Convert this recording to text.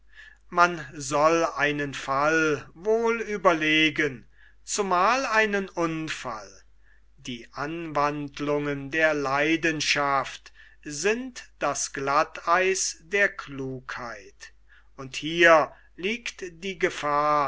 man soll einen fall wohl überlegen zumal einen unfall die anwandlungen der leidenschaft sind das glatteis der klugheit und hier liegt die gefahr